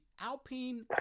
Alpine